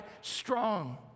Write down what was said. strong